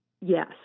yes